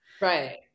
right